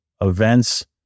events